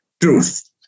truth